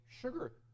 sugar